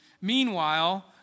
Meanwhile